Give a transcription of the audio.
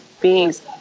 beings